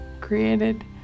created